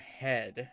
head